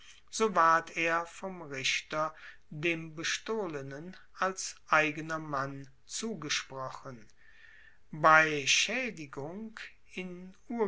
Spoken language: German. so ward er vom richter dem bestohlenen als eigener mann zugesprochen bei schaedigung iniuria